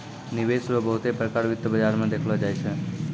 निवेश रो बहुते प्रकार वित्त बाजार मे देखलो जाय छै